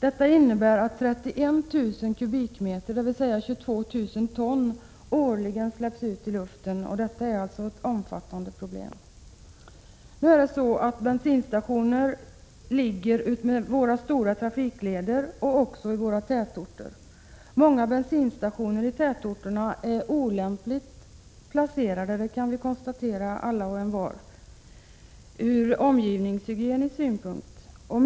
Detta innebär att 31 000 m?, dvs. 22 000 ton, årligen släpps ut i luften, och detta är alltså ett problem som måste åtgärdas. Bensinstationerna ligger utmed de stora trafiklederna och i tätorterna. Många bensinstationer i tätorterna är ur omgivningshygienisk synpunkt olämpligt placerade, vilket vi alla kan konstatera.